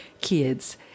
kids